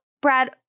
Brad